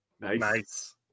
Nice